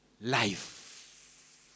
life